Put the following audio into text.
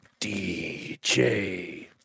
DJ